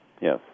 Yes